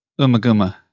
Umaguma